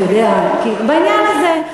אתה יודע כי בעניין הזה,